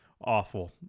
Awful